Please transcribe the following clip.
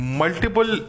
multiple